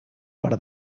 per